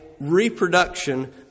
reproduction